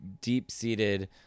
deep-seated